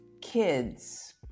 kids